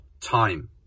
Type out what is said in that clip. time